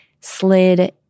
slid